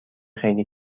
خیلی